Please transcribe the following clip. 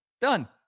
done